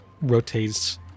rotates